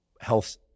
health